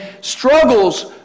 struggles